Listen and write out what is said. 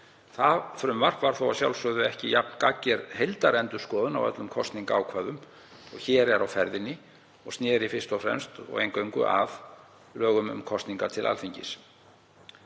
Það frumvarp var þó að sjálfsögðu ekki jafn gagnger heildarendurskoðun á öllum kosningaákvæðum og hér er á ferðinni og sneri eingöngu að lögum um kosningar til Alþingis.